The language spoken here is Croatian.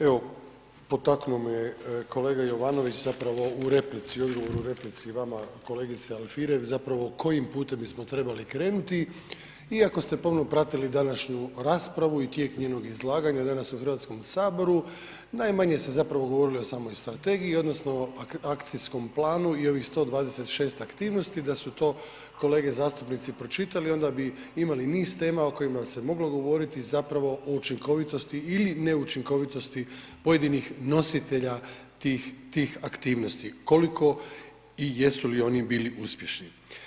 Evo, potaknuo me kolega Jovanović zapravo u replici, u odgovoru u replici vama kolegice Alfirev, zapravo kojim putem bismo trebali krenuli iako ste pomno pratili današnju raspravu i tijek njenog izlaganja danas u Hrvatskom saboru, najmanje ste zapravo govorili o samoj strategiji i odnosno akcijskom planu i ovih 126 aktivnosti da su to kolege zastupnici pročitali i onda bi imali niz tema o kojima se moglo govoriti zapravo o učinkovitosti ili neučinkovitost pojedinih nositelja tih aktivnosti koliko i jesu li oni bili uspješni.